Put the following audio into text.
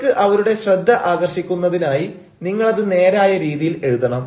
നിങ്ങൾക്ക് അവരുടെ ശ്രദ്ധ ആകർഷിക്കുന്നതിനായി നിങ്ങൾ അത് നേരായ രീതിയിൽ എഴുതണം